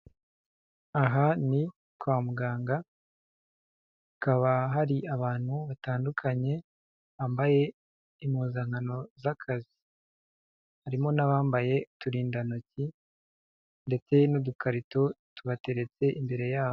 Aha ni kwa muganga hakaba hari abantu batandukanye bambaye impozankano z'akazi, harimo n'abambaye uturindantoki ndetse n'udukarito tubateretse imbere yabo.